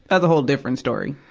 that's a whole different story.